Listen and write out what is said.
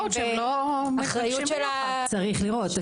אחריות- -- צריך לראות.